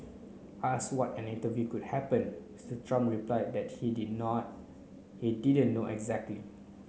asked what an interview could happen Mister Trump replied that he didn't now he didn't know exactly